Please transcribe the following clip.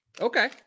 Okay